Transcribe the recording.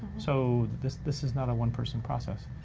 so this this is not a one-person process.